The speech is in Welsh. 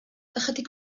ychydig